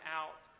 out